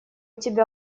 тебя